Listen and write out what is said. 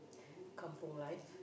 kampung life